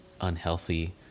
unhealthy